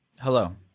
Hello